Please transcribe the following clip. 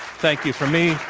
thank you from me,